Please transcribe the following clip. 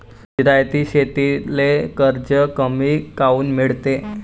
जिरायती शेतीले कर्ज कमी काऊन मिळते?